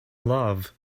love